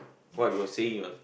what we was saying ah